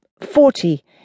Forty